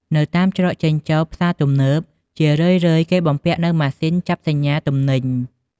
នៅតាមច្រកចេញចូលផ្សារទំនើប ជារឿយៗគេបំពាក់នូវម៉ាស៊ីនចាប់សញ្ញាទំនិញ។